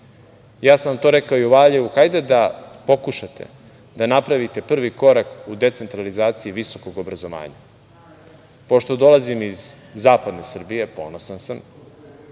ja sam vam to rekao i u Valjevu, hajde da pokušate da napravite prvi korak u decentralizaciji visokog obrazovanja. Pošto dolazim iz zapadne Srbije, ponosan sam,